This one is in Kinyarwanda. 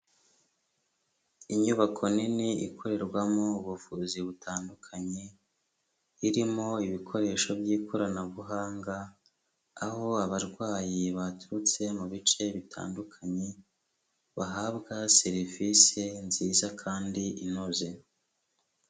Inyubako nini ikorerwamo ubuvuzi butandukanye, irimo ibikoresho by'ikoranabuhanga, aho abarwayi baturutse mu bice bitandukanye bahabwa serivise nziza kandi inoze.